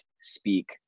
speak